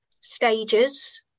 stages